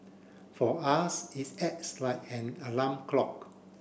for us its acts like an alarm clock